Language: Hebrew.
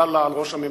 הכנסת,